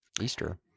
Easter